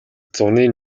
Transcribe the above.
зуны